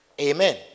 Amen